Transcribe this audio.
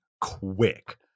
quick